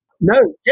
No